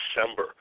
December